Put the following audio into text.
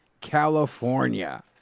California